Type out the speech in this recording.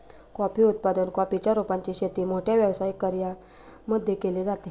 coffee उत्पादन, coffee च्या रोपांची शेती मोठ्या व्यावसायिक कर्यांमध्ये केली जाते